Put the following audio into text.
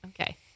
Okay